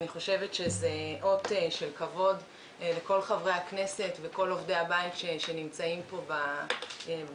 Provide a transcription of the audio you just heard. ואני חושבת שזה אות של כבוד לכל חברי הכנסת וחברי הבית שנמצאים באולם